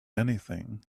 anything